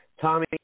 Tommy